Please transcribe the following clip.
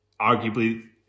arguably